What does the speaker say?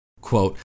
Quote